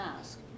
ask